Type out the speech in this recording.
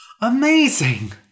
Amazing